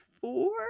four